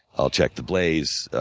i'll check the blaze,